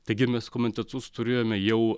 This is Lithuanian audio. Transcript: taigi mes komitetus turėjome jau